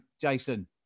Jason